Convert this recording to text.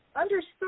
Understood